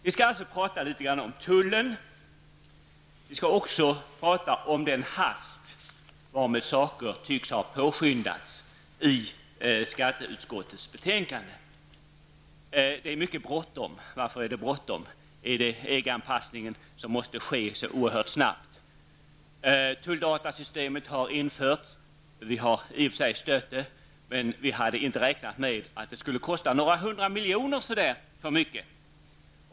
Vi skall alltså tala litet grand om tullen, men också om den hast varmed saker tycks ha behandlats i skatteutskottets betänkande. Det är mycket bråttom, och vad är anledningen till det? Är det EG-anpassningen som måste ske så oerhört snabbt? Tulldatasystemet har införts. Vi har i och för sig stött det, men vi hade inte räknat med att det skulle kosta några hundra miljoner för mycket.